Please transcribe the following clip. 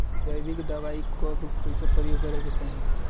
जैविक दवाई कब कैसे प्रयोग करे के चाही?